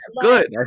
good